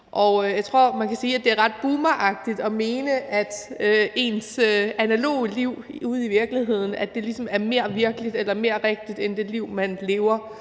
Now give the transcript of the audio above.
og jeg tror, man kan sige, at det er ret boomeragtigt at mene, at ens analoge liv ude i virkeligheden ligesom er mere virkeligt eller mere rigtigt end det liv, man lever